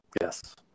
Yes